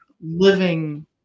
living